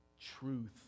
truth